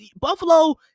Buffalo